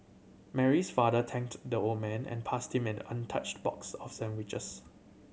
Mary's father thanked the old man and passed him an untouched box of sandwiches